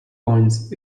points